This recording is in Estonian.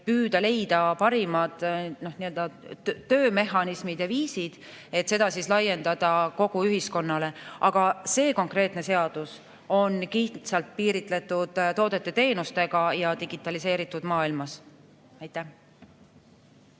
püüdes leida parimad töömehhanismid ja viisid, et seda laiendada kogu ühiskonnas. Aga see konkreetne seadus on kitsalt piiritletud toodete-teenustega digitaliseeritud maailmas. Suur